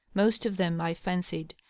most of them, i fancied,